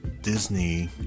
Disney